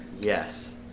Yes